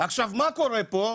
עכשיו מה קורה פה?